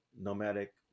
nomadic